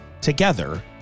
Together